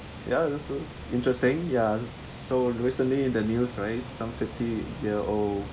ya this this is interesting ya so recently in the news right some fifty year old